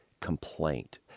complaint